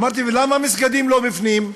ואמרתי: ולמה המסגדים לא בפנים?